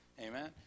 Amen